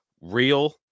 real